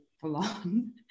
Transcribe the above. full-on